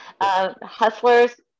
hustlers